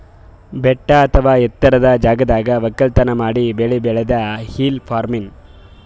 ಬೆಟ್ಟ ಅಥವಾ ಎತ್ತರದ್ ಜಾಗದಾಗ್ ವಕ್ಕಲತನ್ ಮಾಡಿ ಬೆಳಿ ಬೆಳ್ಯಾದೆ ಹಿಲ್ ಫಾರ್ಮಿನ್ಗ್